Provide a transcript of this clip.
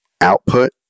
output